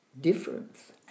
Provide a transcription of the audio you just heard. difference